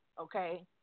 okay